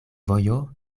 vojo